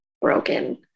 broken